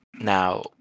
Now